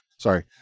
sorry